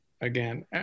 again